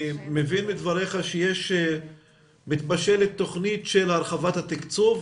אני מבין מדבריך שמתבשלת תוכנית של הרחבת התקצוב?